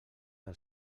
del